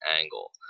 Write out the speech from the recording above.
angle